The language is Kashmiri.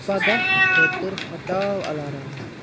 پگاہ خٲطرٕ ہَٹاو اَلارام